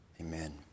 amen